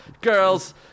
girls